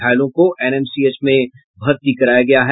घायलों को एनएमसीएच में भर्ती कराया गया है